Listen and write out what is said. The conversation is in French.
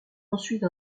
ensuite